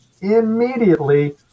immediately